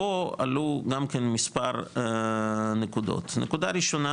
פה עלו גם כן מספר נקודות, נקודה ראשונה